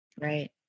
Right